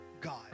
God